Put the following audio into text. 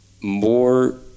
more